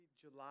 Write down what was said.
July